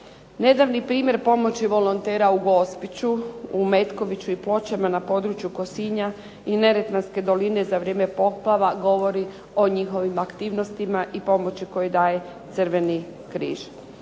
Nedavni primjer pomoći volontera u Gospiću, u Metkoviću i Pločama na području Kosinja i neretvanske doline za vrijeme poplava govori o njihovim aktivnostima i pomoći koje daje Crveni križ.